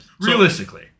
realistically